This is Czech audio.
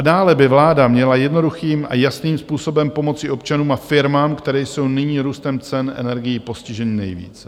Dále by vláda měla jednoduchým a jasným způsobem pomoci občanům a firmám, které jsou nyní růstem cen energií postiženy nejvíce.